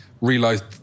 realized